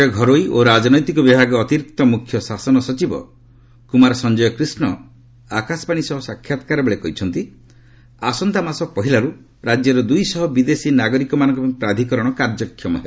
ରାଜ୍ୟର ଘରୋଇ ଓ ରାଜନୈତିକ ବିଭାଗ ଅତିରିକ୍ତ ମ୍ରଖ୍ୟ ଶାସନ ସଚିବ କ୍ରମାର ସଞ୍ଜୟ କ୍ରିଷ୍ଣ ଆକାଶବାଣୀ ସହ ସାକ୍ଷାତକାର ବେଳେ କହିଛନ୍ତି ଆସନ୍ତା ମାସ ପହିଲାରୁ ରାଜ୍ୟର ଦୁଇଶହ ବିଦେଶୀ ନାଗରୀକମାନଙ୍କ ପାଇଁ ପ୍ରାଧିକରଣ କାର୍ଯ୍ୟକ୍ଷମ ହେବ